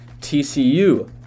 TCU